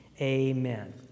amen